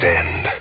end